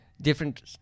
Different